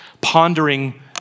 pondering